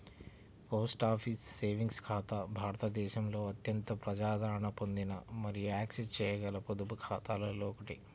post office savings ఖాతా భారతదేశంలో అత్యంత ప్రజాదరణ పొందిన మరియు యాక్సెస్ చేయగల పొదుపు ఖాతాలలో ఒకటి